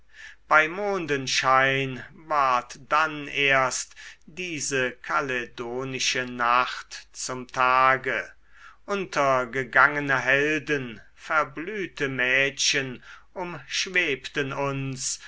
bei mondenschein ward dann erst diese kaledonische nacht zum tage untergegangene helden verblühte mädchen umschwebten uns